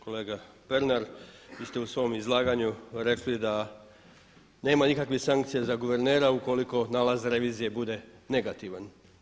Kolega Pernar, vi ste u svom izlaganju rekli da nema nikakvih sankcija za guvernera ukoliko nalaz revizije bude negativan.